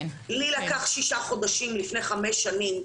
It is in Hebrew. לי לקח 6 חודשים, לפני 5 שנים,